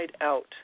out